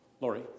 Lori